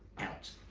out.